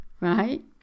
right